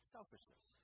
Selfishness